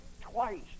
twice